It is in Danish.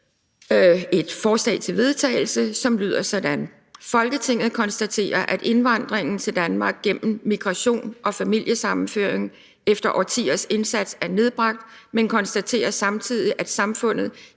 Forslag til vedtagelse »Folketinget konstaterer, at indvandringen til Danmark gennem migration og familiesammenføring efter årtiers indsats er nedbragt, men konstaterer samtidig, at samfundet